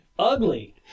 Ugly